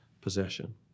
possession